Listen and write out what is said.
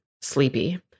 sleepy